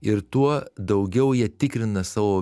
ir tuo daugiau jie tikrina savo